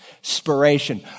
inspiration